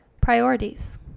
Priorities